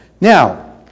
Now